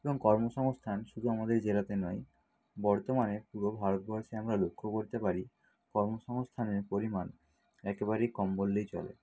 এবং কর্ম সংস্থান শুধু আমাদের জেলাতে নয় বর্তমানে পুরো ভারতবর্ষে আমরা লক্ষ্য করতে পারি কর্ম সংস্থানের পরিমাণ একেবারেই কম বললেই চলে